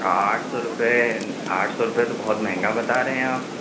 آٹھ سو روپے آٹھ سو روپے تو بہت مہنگا بتا رہے ہیں آپ